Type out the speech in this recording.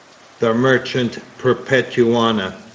the merchant perpetuana.